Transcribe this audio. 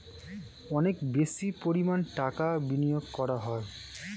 অনেক বেশি পরিমাণ টাকা বিনিয়োগ করা হয়